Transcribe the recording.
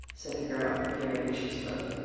said a girl, appearing as she spoke.